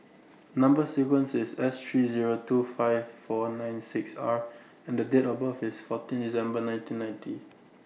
Number sequence IS S three Zero two five four nine six R and Date of birth IS fourteen December nineteen ninety